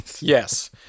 Yes